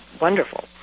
wonderful